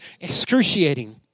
excruciating